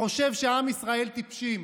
וחושב שעם ישראל טיפש.